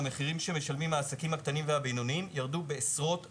המחירים שמשלמים העסקים הקטנים והבינוניים ירדו בעשרות אחוזים.